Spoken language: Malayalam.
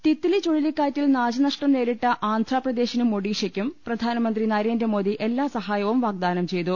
തിത്ത്ലി ചുഴലിക്കാറ്റിൽ നാശനഷ്ടം നേരിട്ട ആന്ധ്രാപ്രദേ ശിനും ഒഡീഷക്കും പ്രധാനമന്ത്രി നരേന്ദ്രമോദി എല്ലാ സഹാ യവും വാഗ്ദാനം ചെയ്തു